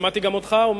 שמעתי גם אותך אומר